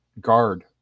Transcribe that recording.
guard